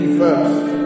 first